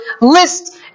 list